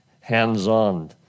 hands-on